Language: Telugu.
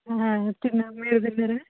తిన్నా మీరుతిన్నారా